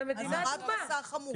אזהרת מסע חמורה.